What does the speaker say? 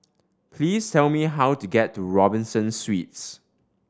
please tell me how to get to Robinson Suites